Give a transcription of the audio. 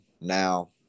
now